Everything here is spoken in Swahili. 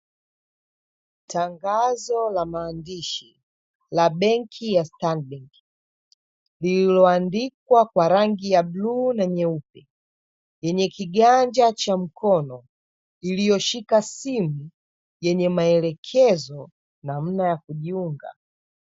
Tangazo la maandishi la benki ya ''Stanbic'' lililo andikwa kwa rangi ya bluu na nyeupe, lenye kiganja cha mkono iliyoshika simu yenye maelekezo, namna ya kujiunga.